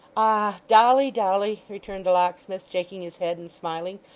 ah dolly, dolly returned the locksmith, shaking his head, and smiling,